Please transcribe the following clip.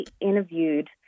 interviewed